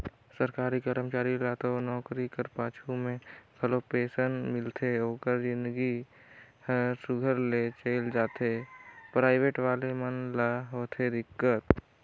सरकारी करमचारी ल तो नउकरी कर पाछू में घलो पेंसन मिलथे ओकर जिनगी हर सुग्घर ले चइल जाथे पराइबेट वाले मन ल होथे दिक्कत